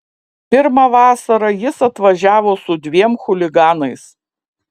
pirmą vasarą jis atvažiavo su dviem chuliganais